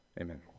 Amen